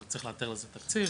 אבל צריך לאתר לזה תקציב,